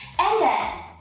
and then